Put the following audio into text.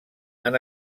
han